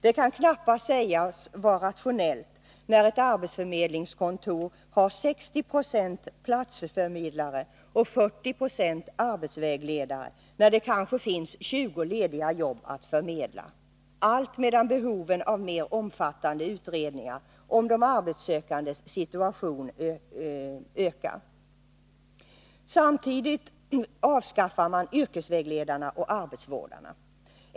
Det kan knappast sägas vara rationellt när ett arbetsförmedlingskontor har 60 20 platsförmedlare och 40 2 arbetsvägledare, när det kanske finns 20 lediga arbeten att förmedla — allt medan behoven av mer omfattande utredningar om de arbetssökandes situation ökar. Samtidigt avskaffar man yrkesvägledarna och arbetsvårdarna.